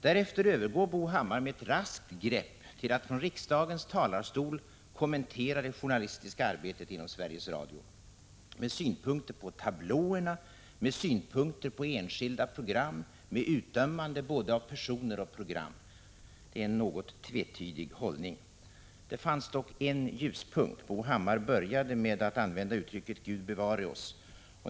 Därefter övergick Bo Hammar med ett raskt grepp till att från riksdagens talarstol kommentera det journalistiska arbetet inom Sveriges Radio med synpunkter på tablåerna, med synpunkter på enskilda program och med utdömande av både personer och program. Det är en något tvetydig hållning. Det fanns dock en ljuspunkt — Bo hammar började med att använda uttrycket Gud bevare oss.